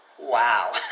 Wow